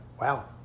wow